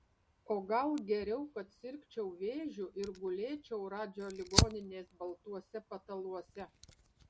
o gal geriau kad sirgčiau vėžiu ir gulėčiau radžio ligoninės baltuose pataluose